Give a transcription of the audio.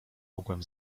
mogłem